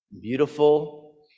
Beautiful